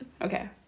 Okay